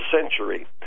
century